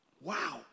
Wow